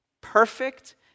perfect